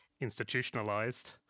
institutionalized